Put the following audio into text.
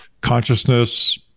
consciousness